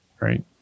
Right